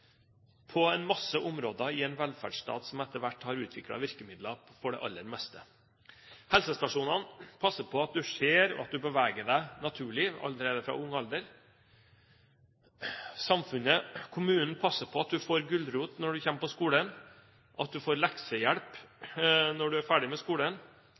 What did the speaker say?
på en masse områder i en velferdsstat som etter hvert har utviklet virkemidler for det aller meste. Helsestasjonene passer på at du ser og at du beveger deg naturlig allerede fra ung alder. Samfunnet, kommunen, passer på at du får gulrot når du kommer på skolen, at du får leksehjelp når du er ferdig på skolen,